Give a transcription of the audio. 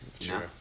Sure